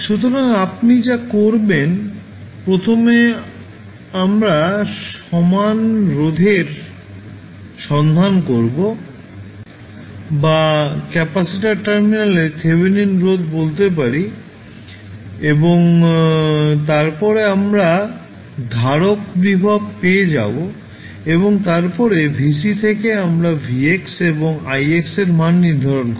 সুতরাং আপনি যা করবেন প্রথমে আমরা সমান রোধের সন্ধান করব বা ক্যাপাসিটর টার্মিনালে থেভেনিন রোধ বলতে পারি এবং তারপরে আমরা ধারক ভোল্টেজ পেয়ে যাব এবং তারপরে vC থেকে আমরা vx এবং ix এর মান নির্ধারণ করব